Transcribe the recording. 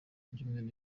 ibyumweru